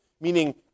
Meaning